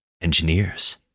engineers